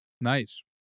Nice